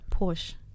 Porsche